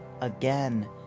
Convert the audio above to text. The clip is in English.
again